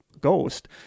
ghost